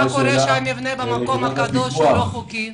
מה קורה אם המבנה במקום הקדוש לא חוקי?